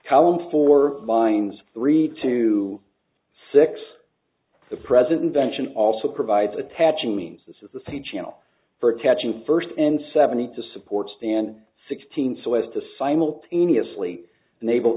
column for mines three to six the present vention also provides attaching means this is the same channel for attaching first and seventy to support stand sixteen so as to simultaneously naval